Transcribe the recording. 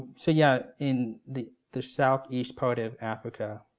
so yeah in the the southeast part of africa,